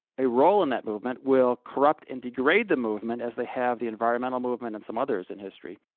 a role in that movement will corrupt and degrade the movement as they have the environmental movement and some others in history,